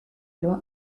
loi